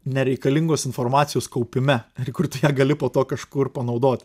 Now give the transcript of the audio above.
nereikalingos informacijos kaupime ar kur tu ją gali po to kažkur panaudot